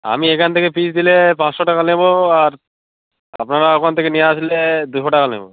আমি এখান থেকে পিস দিলে পাঁচশো টাকা নেবো আর আপনারা ওখান থেকে নিয়ে আসলে দুশো টাকা নেবো